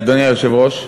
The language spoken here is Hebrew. אדוני היושב-ראש,